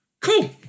cool